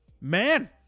Man